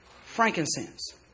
frankincense